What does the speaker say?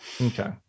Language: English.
Okay